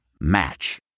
Match